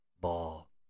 Ball